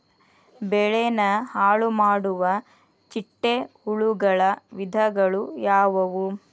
ಬೆಳೆನ ಹಾಳುಮಾಡುವ ಚಿಟ್ಟೆ ಹುಳುಗಳ ವಿಧಗಳು ಯಾವವು?